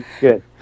Good